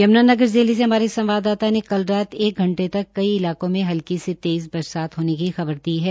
यूमनानगर जिले से हमारे संवाददाता ने कल रात एक घंटे तक कई इलाकों में हल्की से तेज़ बरसात होने की खबर दी है